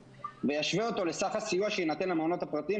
וישווה אותו לסך הסיוע שיינתן למעונות הפרטיים,